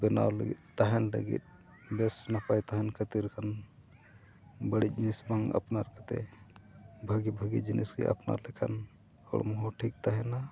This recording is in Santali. ᱵᱮᱱᱟᱣ ᱞᱟᱹᱜᱤᱫ ᱛᱟᱦᱮᱱ ᱞᱟᱹᱜᱤᱫ ᱵᱮᱥ ᱱᱟᱯᱟᱭ ᱛᱟᱦᱮᱱ ᱠᱷᱟᱹᱛᱤᱨ ᱠᱷᱟᱱ ᱵᱟᱹᱲᱤᱡ ᱡᱤᱱᱤᱥ ᱵᱟᱝ ᱟᱯᱱᱟᱨ ᱠᱟᱛᱮ ᱵᱷᱟᱹᱜᱤ ᱵᱷᱟᱹᱜᱤ ᱡᱤᱱᱤᱥ ᱜᱮ ᱟᱯᱱᱟᱨ ᱞᱮᱠᱷᱟᱱ ᱦᱚᱲᱢᱚ ᱦᱚᱸ ᱴᱷᱤᱠ ᱛᱟᱦᱮᱱᱟ